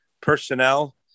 personnel